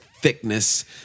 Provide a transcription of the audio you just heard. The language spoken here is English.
thickness